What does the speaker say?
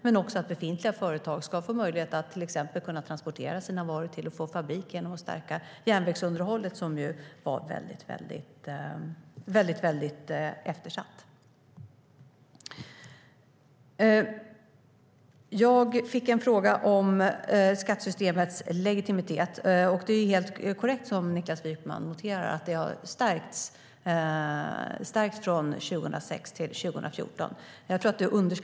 Men befintliga företag behöver också få möjlighet att till exempel transportera sina varor till och från fabrik. Järnvägsunderhållet, som är väldigt eftersatt, behöver stärkas. Jag fick en fråga om skattesystemets legitimitet. Niklas Wykman noterar att det har stärkts från 2006 till 2014, vilket är helt korrekt.